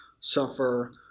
suffer